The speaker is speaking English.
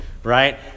Right